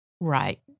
right